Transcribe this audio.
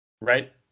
Right